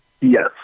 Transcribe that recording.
Yes